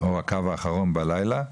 או הקו האחרון בלילה,